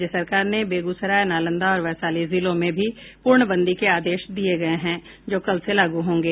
राज्य सरकार ने बेगूसराय नालंदा और वैशाली जिलों में भी पूर्णबंदी के आदेश दिये गये हैं जो कल से लागू होंगे